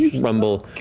rumble.